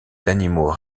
d’animaux